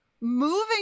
Moving